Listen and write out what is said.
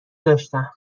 داشتم